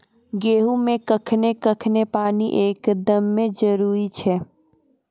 गेहूँ मे कखेन कखेन पानी एकदमें जरुरी छैय?